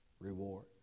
reward